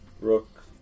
Rook